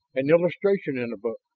an illustration in a book!